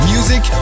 Music